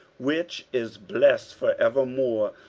which is blessed for evermore,